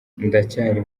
ndacyari